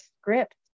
script